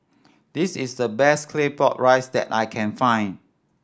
this is the best Claypot Rice that I can find